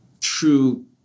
true